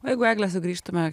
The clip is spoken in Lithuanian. o jeigu eglę sugrįžtume